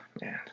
man